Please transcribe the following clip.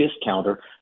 discounter